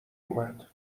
اومد